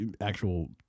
actual